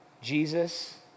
Jesus